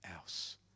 else